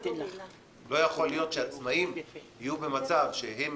לא יכול להיות שעצמאים יהיו במצב שהם